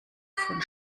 von